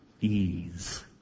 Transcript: ease